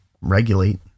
regulate